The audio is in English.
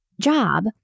job